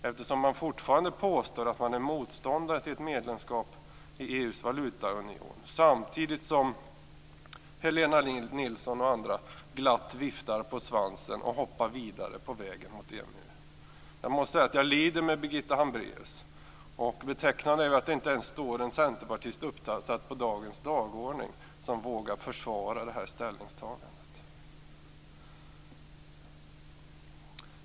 Man påstår ju fortfarande att man är motståndare till ett medlemskap i EU:s valutaunion; detta samtidigt som Helena Nilsson och andra glatt viftar på svansen och hoppar vidare på vägen mot EMU. Jag måste säga att jag lider med Birgitta Hambraeus. Betecknande är att någon centerpartist inte finns uppsatt på dagens talarlista som vågar försvara det här ställningstagandet.